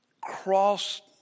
cross